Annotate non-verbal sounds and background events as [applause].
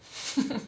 [laughs]